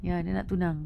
ya dia nak tunang